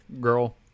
girl